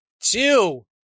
two